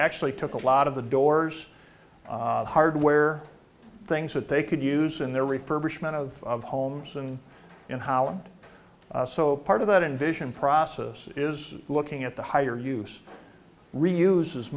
actually took a lot of the doors hardware things that they could use in their refurbishment of homes and in holland so part of that invasion process is looking at the higher use reuse as